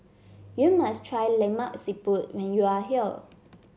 you must try Lemak Siput when you are here